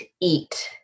eat